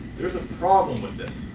there is a problem with this.